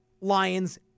Lions